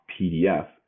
pdf